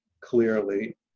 clearly